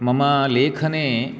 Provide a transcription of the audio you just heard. मम लेखने